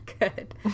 good